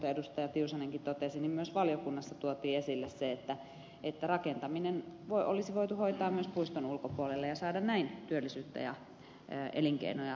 tiusanenkin totesi myös valiokunnassa tuotiin esille se että rakentaminen olisi voitu hoitaa myös puiston ulkopuolelle ja saada näin työllisyyttä ja elinkeinoja tuettua